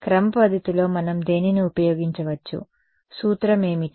క్రమపద్ధతిలో మనం దేనిని ఉపయోగించవచ్చు సూత్రం ఏమిటి